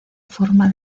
forma